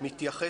מתייחסת.